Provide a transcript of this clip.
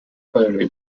fairly